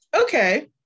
Okay